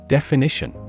Definition